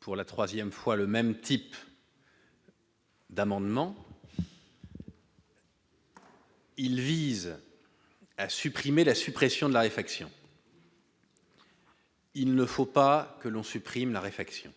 Pour la 3ème fois le même type. D'amendements. Il vise à supprimer la suppression de la réflexion. Il ne faut pas que l'on supprime la réflexion.